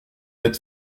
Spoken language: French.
êtes